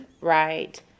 Right